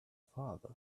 father